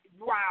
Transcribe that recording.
wow